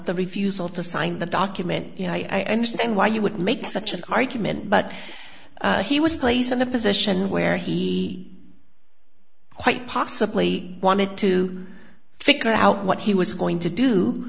the refusal to sign the document you know i understand why you would make such an argument but he was placed in a position where he quite possibly wanted to figure out what he was going to do